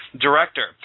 director